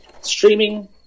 streaming